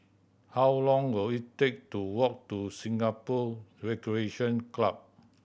how long will it take to walk to Singapore Recreation Club